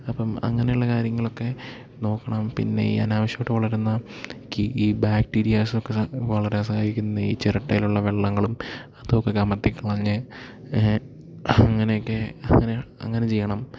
അപ്പം അങ്ങനെയുള്ള കാര്യങ്ങളൊക്കെ നോക്കണം പിന്നെ ഈ അനാവിശ്യമായിട്ട് വളരുന്ന ഈ ബാക്ടീരിയാസൊക്കെ വളരാൻ സഹായിക്കുന്ന ഈ ചിരട്ടയിലുള്ള വെള്ളങ്ങളും അതുമൊക്കെ കമഴ്ത്തി കളഞ്ഞു അങ്ങനെ ഒക്കെ അങ്ങനെ അങ്ങനെ ചെയ്യണം